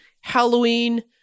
Halloween